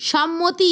সম্মতি